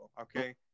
okay